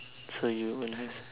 so you won't have